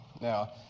Now